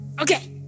Okay